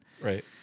Right